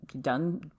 done